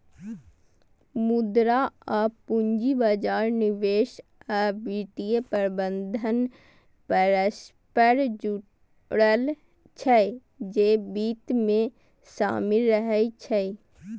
मुद्रा आ पूंजी बाजार, निवेश आ वित्तीय प्रबंधन परस्पर जुड़ल छै, जे वित्त मे शामिल रहै छै